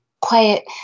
quiet